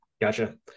Gotcha